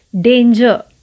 danger